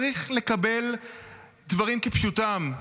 צריך לקבל דברים כפשוטם.